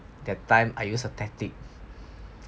that time I use a tactic